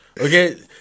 okay